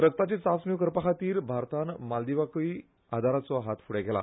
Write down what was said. रक्ताच्यो चांचण्यो करपा खातीर भारतान मालदिवाकूय आदाराचो हात फुडें केला